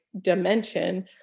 dimension